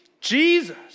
Jesus